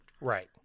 Right